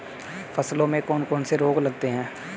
फसलों में कौन कौन से रोग लगते हैं?